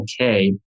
okay